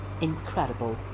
Incredible